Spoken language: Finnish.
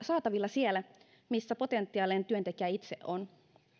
saatavilla siellä missä potentiaalinen työntekijä itse on